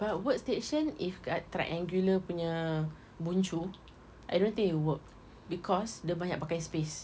but workstation if kat triangular punya bucu I don't think it work because dia banyak pakai space